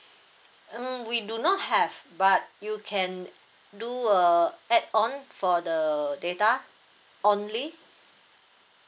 mm we do not have but you can do a add on for the data only